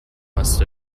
must